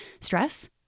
stress